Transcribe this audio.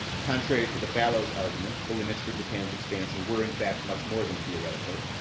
contrary to the fallows' argument, the limits for japan's expansion were, in fact, much more than theoretical.